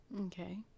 Okay